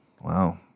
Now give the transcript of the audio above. Wow